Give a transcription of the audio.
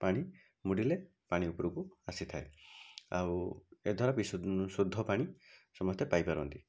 ପାଣି ମୋଡ଼ିଲେ ପାଣି ଉପରକୁ ଆସିଥାଏ ଆଉ ଏଥର ବିଶୁଦ୍ଧ ଶୁଦ୍ଧ ପାଣି ସମସ୍ତେ ପାଇପାରନ୍ତି